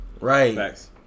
right